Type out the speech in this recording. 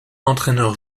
entraîneur